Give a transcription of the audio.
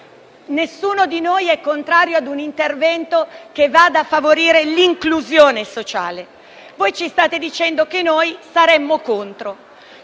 Nessuno di noi è contrario ad un intervento che vada a favorire l'inclusione sociale. Voi ci state dicendo che noi saremmo contro